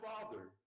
father